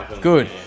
Good